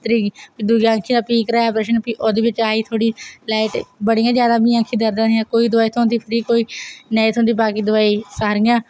त्री दूई अक्खी दा फ्ही कराया प्रश्न फ्ही ओहदे बिच्चा आई थोह्ड़ी लाइट बड़ियां ज्यादा मिगी अक्खी दर्दां हियां कोई दवाई थ्होंदी कोई नेईं थ्होंदी बाकी दवाई सारियां